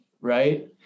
right